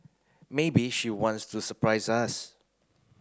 maybe she wants to surprise us